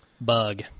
Bug